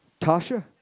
Tasha